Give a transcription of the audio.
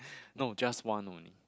no just one only